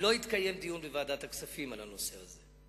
לא התקיים דיון בוועדת הכספים על הנושא הזה,